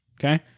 Okay